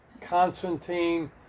Constantine